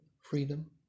freedom